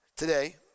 Today